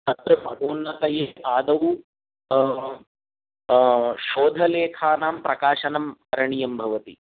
तत्र पदोन्नतये आदौ शोधलेखानां प्रकाशनं करणीयं भवति